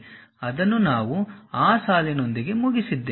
ಅದನ್ನು ನಾವು ಆ ಸಾಲಿನೊಂದಿಗೆ ಮುಗಿಸಿದ್ದೇವೆ